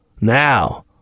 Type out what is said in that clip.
now